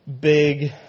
big